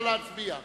נא להצביע.